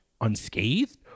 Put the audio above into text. unscathed